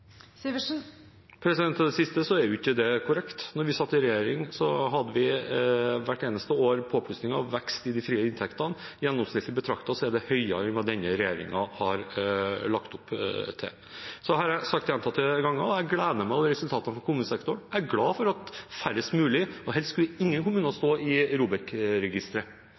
påplussinger? Til det siste: Det er ikke korrekt. Da vi satt i regjering hadde vi hvert eneste år påplussinger og vekst i de frie inntektene. Gjennomsnittlig betraktet var det høyere enn det denne regjeringen har lagt opp til. Så har jeg sagt gjentatte ganger at jeg gleder meg over resultatene i kommunesektoren. Jeg er glad for at færrest mulig står i ROBEK-registeret – helst skulle ingen kommuner stå